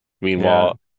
Meanwhile